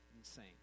insane